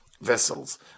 vessels